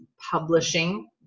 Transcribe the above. publishing